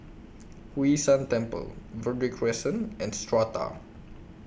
Hwee San Temple Verde Crescent and Strata